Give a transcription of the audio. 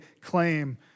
claim